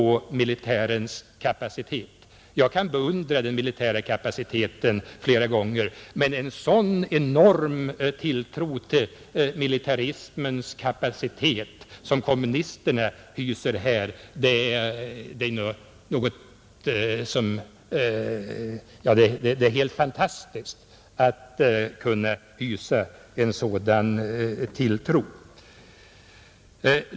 Jag kan beundra den militära kapaciteten många gånger, men en sådan tilltro till militarismens kapacitet som den kommunisterna hyser här är en övertro som jag vill kalla helt fantastisk.